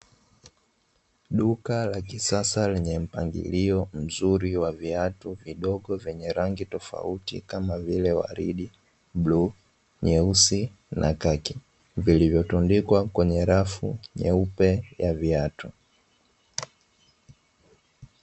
Duka la kisasa lenye mpangilio mzuri wa viatu vidogo vyenye rangi tofauti kama vile waridi, bluu, nyeusi na kaki viliyotundikwa kwenye rafu nyeupe ya viatu.